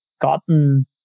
gotten